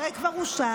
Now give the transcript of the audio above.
הרי הוא כבר אושר,